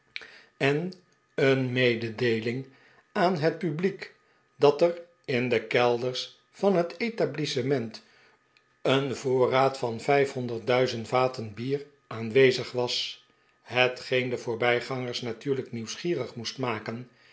en een mededeeling aan het publiek dat er in de kelders van het etablissement een voorraad van vaten bier aanwezig was he tgeen de voorbij gangers natuurlijk nieuwsgierig moest maken